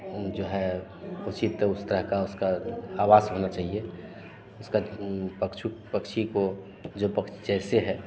हुं जो है उचित उस तरह का उसका आवास होना चाहिए उसका पक्छु पक्षी को जो पक जैसे है